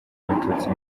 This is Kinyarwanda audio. abatutsi